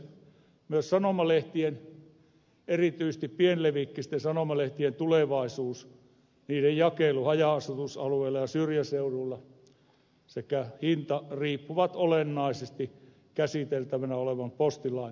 myös sanomalehtien erityisesti pienilevikkisten sanomalehtien tulevaisuus niiden jakelu haja asutusalueilla ja syrjäseuduilla sekä hinta riippuvat olennaisesti käsiteltävänä olevan postilain lopullisesta sisällöstä